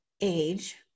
age